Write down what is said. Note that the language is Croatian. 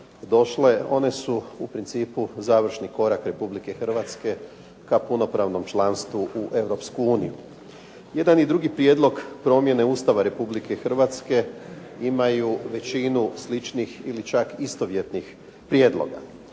došle, one su u principu završni korak Republike Hrvatske ka punopravnom članstvu u Europsku uniju. Jedan i drugi prijedlog promjene Ustava Republike Hrvatske imaju većinu sličnih ili čak istovjetnih prijedloga.